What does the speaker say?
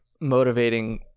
motivating